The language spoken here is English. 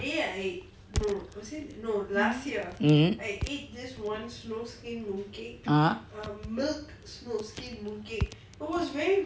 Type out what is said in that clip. mm ah